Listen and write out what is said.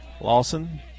Lawson